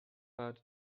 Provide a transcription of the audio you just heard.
وجه